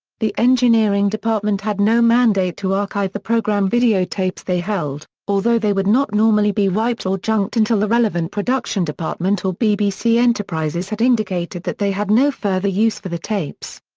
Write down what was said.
the engineering department had no mandate to archive the programme videotapes they held, although they would not normally be wiped or junked until the relevant production department or bbc enterprises had indicated that they had no further use for the tapes.